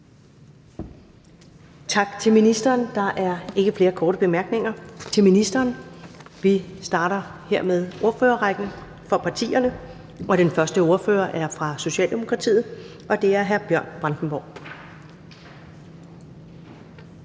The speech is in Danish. Tak til ministeren. Der er ikke flere korte bemærkninger til ministeren. Vi starter hermed ordførerrækken, og den første ordfører er fra Socialdemokratiet, og det er hr. Bjørn Brandenborg.